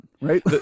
right